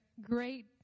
great